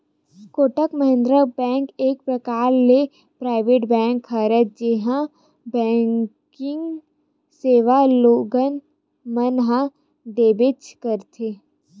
Kotak Mahindra bank एक परकार ले पराइवेट बेंक हरय जेनहा बेंकिग सेवा लोगन मन ल देबेंच करथे